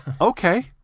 Okay